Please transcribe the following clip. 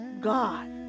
God